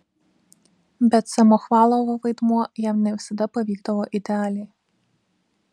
bet samochvalovo vaidmuo jam ne visada pavykdavo idealiai